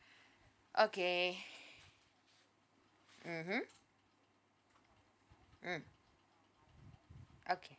okay mmhmm mm okay